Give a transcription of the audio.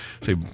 say